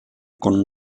con